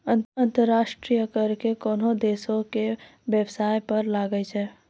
अंतर्राष्ट्रीय कर कोनोह देसो के बेबसाय पर लागै छै